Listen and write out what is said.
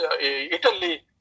Italy